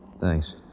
Thanks